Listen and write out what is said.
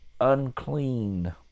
unclean